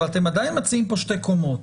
אבל אתם עדיין מציעים פה שתי קומות.